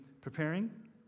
preparing